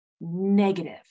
Negative